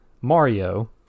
Mario